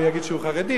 ולהגיד שהוא חרדי.